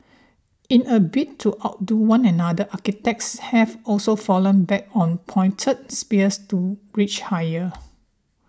in a bid to outdo one another architects have also fallen back on pointed spires to reach higher